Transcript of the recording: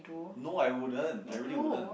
no I wouldn't I really wouldn't